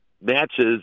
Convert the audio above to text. matches